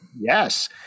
yes